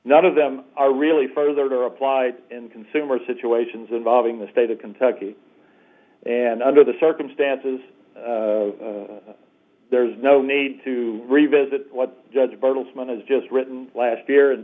none of them are really further applied in consumer situations involving the state of kentucky and under the circumstances there is no need to revisit what judge bertelsmann has just written last year and